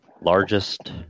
largest